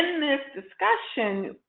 this discussion,